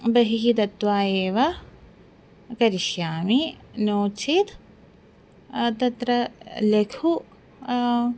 बहिः दत्वा एव करिष्यामि नो चेत् तत्र लघु